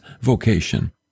vocation